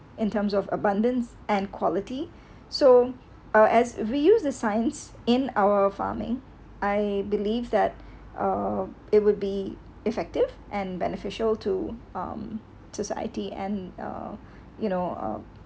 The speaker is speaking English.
in terms of abundance and quality so as we use the science in our farming I believe that uh it would be effective and beneficial to um society and uh you know uh